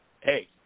hey